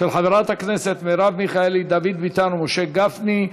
של חברת הכנסת מרב מיכאלי, דוד ביטן ומשה גפני.